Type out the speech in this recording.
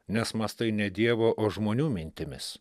nes mąstai ne dievo o žmonių mintimis